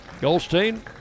Goldstein